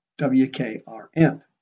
WKRN